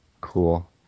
cool